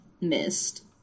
missed